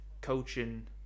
coaching